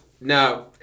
no